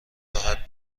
راحت